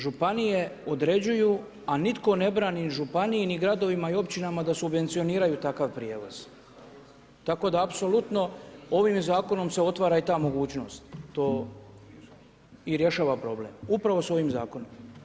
Županije određuju, a nitko ne brani županiji ni gradovima i općinama da subvencioniraju takav prijevoz, tako da apsolutno ovim zakonom se otvara i ta mogućnost i rješava problem, upravo s ovim zakonom.